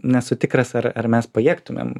nesu tikras ar ar mes pajėgtumėm